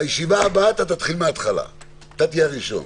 בישיבה הבאה אתה תתחיל מהתחלה, אתה תהיה הראשון.